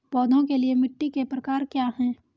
पौधों के लिए मिट्टी के प्रकार क्या हैं?